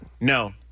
No